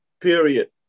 period